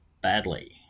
badly